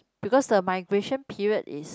because the migration period is